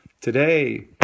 today